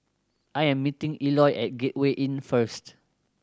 I am meeting Eloy at Gateway Inn first